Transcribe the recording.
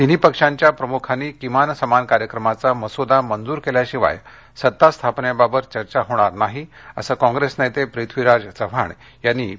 तिन्ही पक्षांच्या प्रमुखांनी किमान समान कार्यक्रमाचा मसुदा मंजुर केल्याशिवाय सत्ता स्थापनेबाबत चर्चा होणार नाही असं कॉंग्रेस नेते पृथ्वीराज चव्हाण यांनी पी टी आय शी बोलताना सांगितलं